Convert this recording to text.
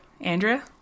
Andrea